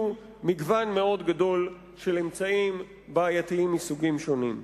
מגוון גדול מאוד של אמצעים בעייתיים מסוגים שונים.